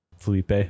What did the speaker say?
Felipe